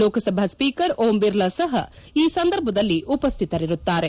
Lok Sabha speaker Om Birla ಸಹ ಈ ಸಂದರ್ಭದಲ್ಲಿ ಉಪಸ್ಥಿತರಿರುತ್ತಾರೆ